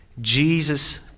Jesus